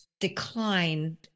Decline